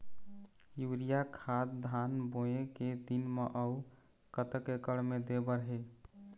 Urea खाद धान बोवे के दिन म अऊ कतक एकड़ मे दे बर हे?